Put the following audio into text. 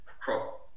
crop